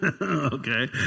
Okay